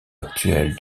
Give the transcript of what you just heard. actuel